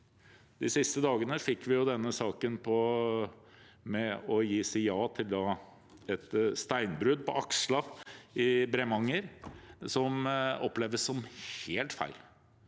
de siste dagene fikk vi denne saken med å si ja til et steinbrudd på Aksla i Bremanger, som oppleves som helt feil.